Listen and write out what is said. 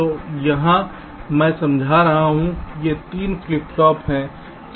तो यहाँ मैं समझा रहा हूँ ये 3 फ्लिप फ्लॉप हैं